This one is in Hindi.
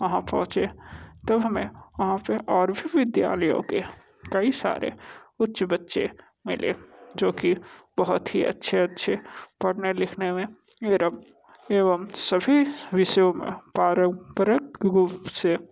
जब हम वहाँ पहुँचे तो हमे वहाँ पर और भी विद्यालयों के कई सारे उच्च बच्चे मिलें जो की बहुत ही अच्छे अच्छे पढ़ने लिखने में एवं सभी विषयों में पारंपरिक रूप से